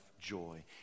joy